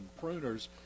pruners